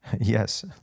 yes